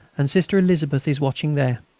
and sister elizabeth is watching there.